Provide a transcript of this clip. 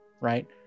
right